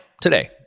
today